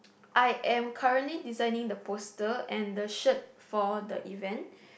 I am currently designing the poster and the shirt for the event